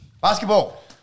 Basketball